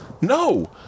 No